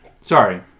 Sorry